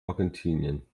argentinien